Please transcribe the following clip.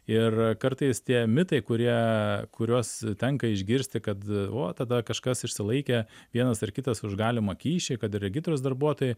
ir kartais tie mitai kurie kuriuos tenka išgirsti kad vo tada kažkas išsilaikė vienas ar kitas už galimą kyšį kad regitros darbuotojai